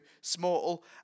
small